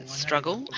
struggle